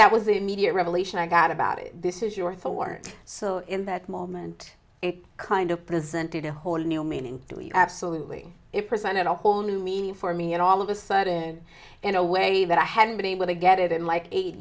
that was the immediate revelation i got about it this is your thor so in that moment it kind of presenting a whole new meaning to you absolutely it presented a whole new meaning for me and all of a sudden in a way that i hadn't been able to get it in like eight